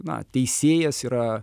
na teisėjas yra